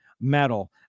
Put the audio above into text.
metal